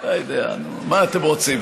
לא יודע, מה אתם רוצים?